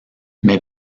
mais